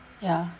ya